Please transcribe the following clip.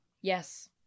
Yes